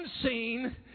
unseen